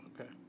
Okay